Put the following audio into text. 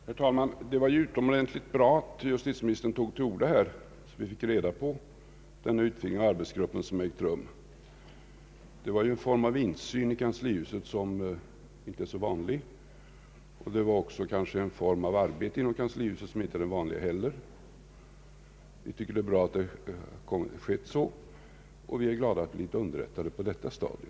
Herr talman! Det var utomordentligt bra att justitieministern tog till orda så att vi fick reda på den utvidgning av arbetsgruppen som ägt rum. Det är en form av insyn i kanslihuset som inte är så vanlig. Det kanske också är en form av arbete inom kanslihuset som inte heller är den vanliga. Det är bra att denna utvidgning har skett, och vi är glada att vi blivit underrättade på detta stadium.